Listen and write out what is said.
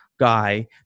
guy